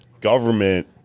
government